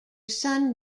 son